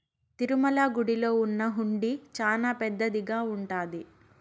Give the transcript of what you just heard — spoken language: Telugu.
తిరుమల గుడిలో ఉన్న హుండీ చానా పెద్దదిగా ఉంటాది